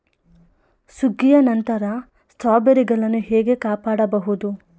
ಸುಗ್ಗಿಯ ನಂತರ ಸ್ಟ್ರಾಬೆರಿಗಳನ್ನು ಹೇಗೆ ಕಾಪಾಡ ಬಹುದು?